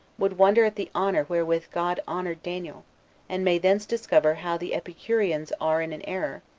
would wonder at the honor wherewith god honored daniel and may thence discover how the epicureans are in an error,